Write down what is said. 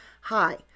Hi